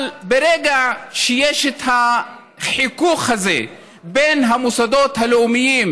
אבל ברגע שיש החיכוך הזה בין המוסדות הלאומיים